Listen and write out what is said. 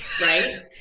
Right